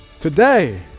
Today